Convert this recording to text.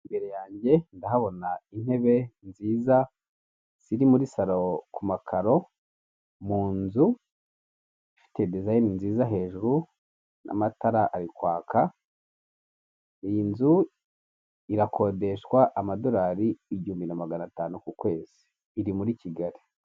Imbere yanjye ndahabona intebe nziza ziri muri saro ku makaro mu nzu ifite dizayini nziza hejuru n'amatara ari kwaka, iyi nzu irakodeshwa amadorari igihumbi na magana atanu ku kwezi iri muri Kigali.